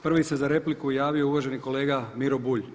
Prvi se za repliku javio uvaženi kolega Miro Bulj.